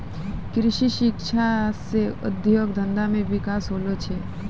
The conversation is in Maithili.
कृषि शिक्षा से उद्योग धंधा मे बिकास होलो छै